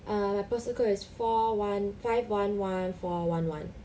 err my postal code is four one five one one four one one